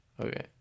Okay